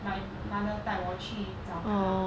my mother 带我去找他